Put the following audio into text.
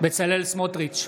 בצלאל סמוטריץ'